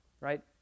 right